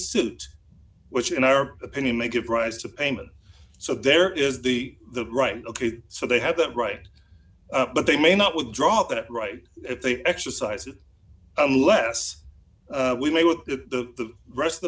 suit which in our opinion make it rise to payment so there is the the right ok so they have that right but they may not withdraw that right if they exercise it unless we may with the rest of the